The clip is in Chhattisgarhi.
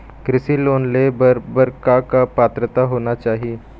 कृषि लोन ले बर बर का का पात्रता होना चाही?